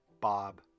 Bob